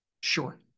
Sure